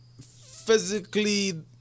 physically